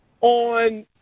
on